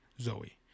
Zoe